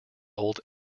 old